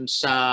sa